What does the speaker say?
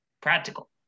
practical